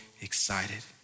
excited